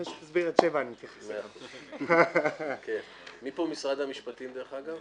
התשע"ט-2018 תיקון סעיף 1 1. בחוק שדה התעופה דב הוז (הוראות מיוחדות),